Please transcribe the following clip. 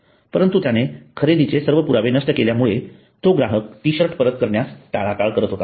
परंतु त्याने खरेदीचे सर्व पुरावे नष्ट केल्यामुळे तो ग्राहक टीशर्ट परत करण्यास टाळाटाळ करत होता